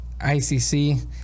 ICC